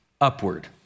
upward